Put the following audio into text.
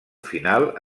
final